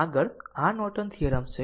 આગળ r Norton theorems છે